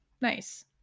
nice